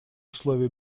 условия